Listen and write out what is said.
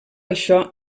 això